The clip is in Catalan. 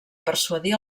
persuadir